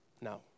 no